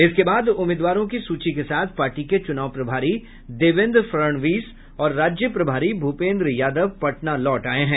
इसके बाद उम्मीदवारों की सूची के साथ पार्टी के चुनाव प्रभारी देवेन्द्र फड़णवीस और राज्य प्रभारी भूपेन्द्र यादव पटना लौट आये हैं